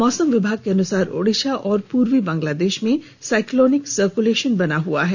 मौसम विभाग के अनुसार ओडिशा और पूर्वी बांग्लादेश में साइक्लोनिक सर्कूलेशन बना हुआ है